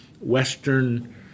Western